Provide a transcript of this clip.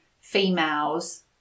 females